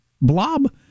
blob